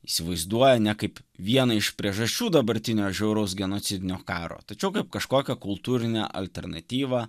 įsivaizduoja nekaip viena iš priežasčių dabartinio žiauraus genocidinio karo tačiau kaip kažkokią kultūrinę alternatyvą